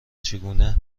چگونه